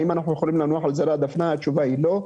האם אנחנו יכולים לנוח על זרי הדפנה והתשובה היא לא.